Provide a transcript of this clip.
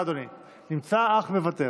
סליחה, אדוני, נמצא אך מוותר.